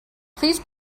please